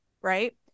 right